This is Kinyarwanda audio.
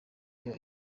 iyo